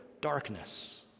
darkness